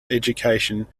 education